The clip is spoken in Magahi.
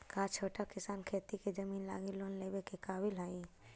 का छोटा किसान खेती के जमीन लगी लोन लेवे के काबिल हई?